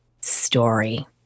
story